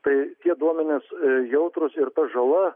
tai tie duomenys jautrūs ir ta žala